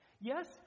Yes